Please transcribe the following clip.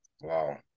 Wow